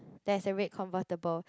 there's a red convertible